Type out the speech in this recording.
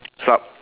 sup